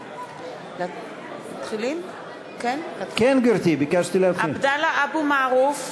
הכנסת) עבדאללה אבו מערוף,